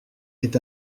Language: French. est